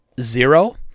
Zero